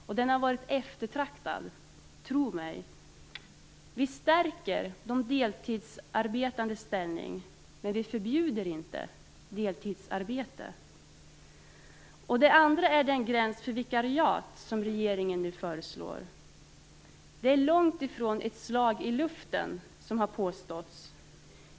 Och den har varit eftertraktad - tro mig! Vi stärker de deltidsarbetslösas ställning, men vi förbjuder inte deltidsarbete. Det är för det andra den gräns för vikariat som regeringen nu föreslår. Det är långtifrån ett slag i luften, som har påståtts.